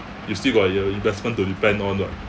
you still got your investment to depend on lah